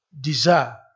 desire